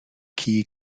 key